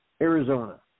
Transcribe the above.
Arizona